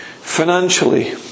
financially